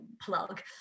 plug